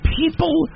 people